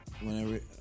whenever